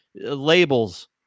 labels